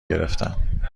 گرفتم